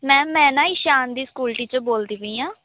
ma'am ਮੈਂ ਨਾ ਇਸ਼ਾਨ ਦੀ ਸਕੂਲ ਟੀਚਰ ਬੋਲਦੀ ਪਈ ਹਾਂ